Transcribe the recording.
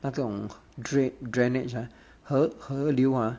那种 drain drainage ah 河河流 ah